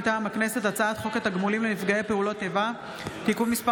מטעם הכנסת: הצעת חוק התגמולים לנפגעי פעולות איבה (תיקון מס'